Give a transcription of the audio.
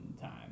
time